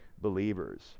believers